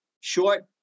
short